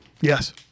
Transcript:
Yes